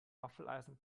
waffeleisen